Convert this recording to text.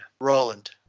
Roland